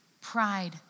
pride